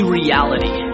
reality